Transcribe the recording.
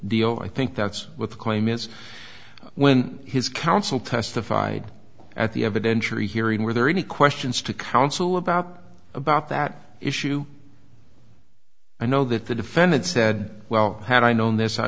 deal i think that's what the claim is when his counsel testified at the evidentiary hearing were there any questions to counsel about about that issue i know that the defendant said well had i known this i